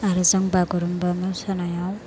आरो जों बागुरुम्बा मोसानायाव